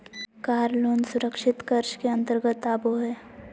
कार loan सुरक्षित कर्ज के अंतर्गत आबो हय